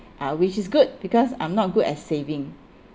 ah which is good because I'm not good at saving